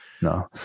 No